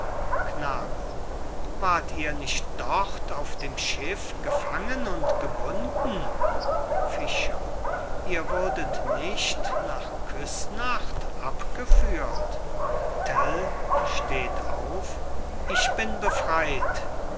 knabe wart ihr nicht dort auf dem schiff gefangen und gebunden fischer ihr wurdet nicht nach küssnacht abgeführt tell steht auf ich bin befreit